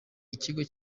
ikigo